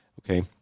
Okay